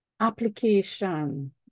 Application